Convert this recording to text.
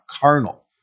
carnal